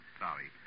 sorry